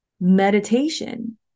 meditation